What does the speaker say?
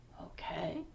okay